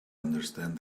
understand